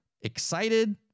excited